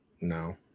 No